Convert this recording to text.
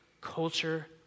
culture